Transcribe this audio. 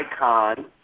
icon